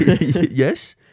Yes